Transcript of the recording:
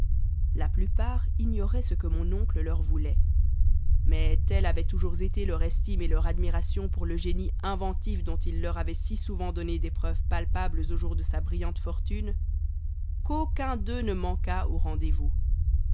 la plupart ignoraient ce que mon oncle leur voulait mais telle avait toujours été leur estime et leur admiration pour le génie inventif dont il leur avait si souvent donné des preuves palpables aux jours de sa brillante fortune qu'aucun d'eux ne manqua au rendez-vous